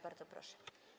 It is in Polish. Bardzo proszę.